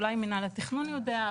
אולי מינהל התכנון יודע,